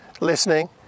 listening